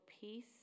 peace